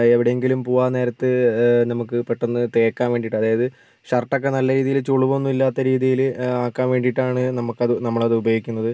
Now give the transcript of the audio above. എവിടെങ്കിലും പോകാൻ നേരത്ത് നമുക്ക് പെട്ടെന്ന് തേക്കാൻ വേണ്ടീട്ട് അതായത് ഷർട്ടൊക്കെ നല്ല രീതിയിൽ ചുളിവൊന്നും ഇല്ലാത്ത രീതിയിൽ ആക്കാൻ വേണ്ടീട്ടാണ് നമുക്കത് നമ്മളത് ഉപയോഗിക്കുന്നത്